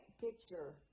picture